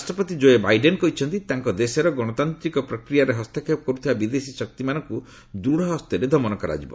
ରାଷ୍ଟ୍ରପତି କୋଏ ବାଇଡେନ୍ କହିଛନ୍ତି ତାଙ୍କ ଦେଶର ଗଣତାନ୍ତିକ ପ୍ରକ୍ରିୟାରେ ହସ୍ତକ୍ଷେପ କରୁଥିବା ବିଦେଶୀ ଶକ୍ତିମାନଙ୍କୁ ଦୂଢ଼ ହସ୍ତରେ ଦମନ କରାଯିବ